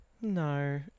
no